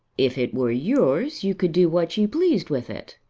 if it were yours you could do what you pleased with it.